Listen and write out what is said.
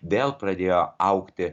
vėl pradėjo augti